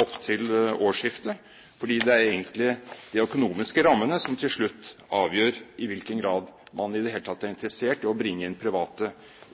opp til årsskiftet. For slik Arbeiderpartiet og den rød-grønne regjeringen administrerer Helse-Norge, er det egentlig de økonomiske rammene som til slutt avgjør i hvilken grad man i det hele tatt er interessert i å bringe inn private.